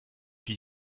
die